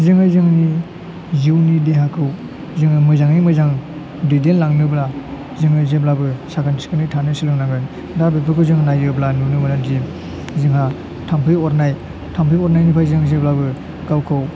जोङो जोंनि जिउनि देहाखौ जोङो मोजाङै मोजां दैदेनलांनोब्ला जोङो जेब्लाबो साखोन सिखोनै थानो सोलोंनांगोन दा बेफोरखौ जों नायोब्ला नुनो मोनोदि जोंहा थाम्फै अरनाय थाम्फै अरनायनिफ्राय जोङो जेब्लाबो गावखौ